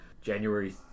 January